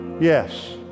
Yes